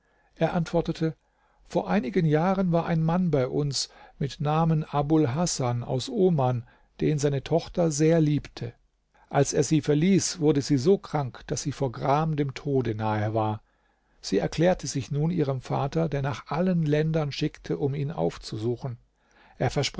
er antwortete vor einigen jahren war ein mann bei uns mit namen abul hasan aus oman den seine tochter sehr liebte als er sie verließ wurde sie so krank daß sie vor gram dem tode nahe war sie erklärte sich nun ihrem vater der nach allen ländern schickte um ihn aufzusuchen